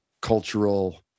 cultural